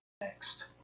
next